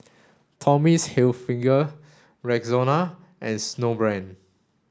Tommy's Hilfiger Rexona and Snowbrand